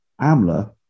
Amla